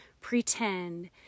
pretend